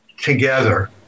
together